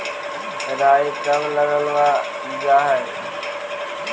राई कब लगावल जाई?